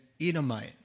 Edomite